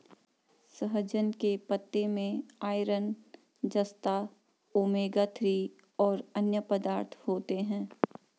सहजन के पत्ते में आयरन, जस्ता, ओमेगा थ्री और अन्य पदार्थ होते है